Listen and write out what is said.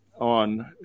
on